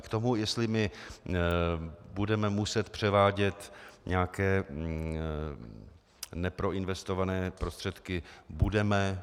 K tomu, jestli budeme muset převádět nějaké neproinvestované prostředky budeme.